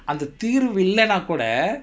அந்த தீர்வு இல்லனா கூட:antha theervu illainaa kooda